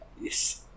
Yes